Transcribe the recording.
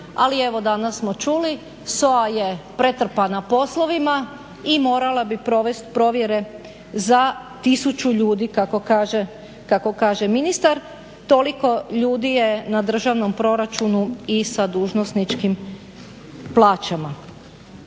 Ali evo danas smo čuli, SOA je pretrpana poslovima i morala bi provest provjere za 1000 ljudi kako kaže ministar. Toliko ljudi je na državnom proračunu i sa dužnosničkim plaćama.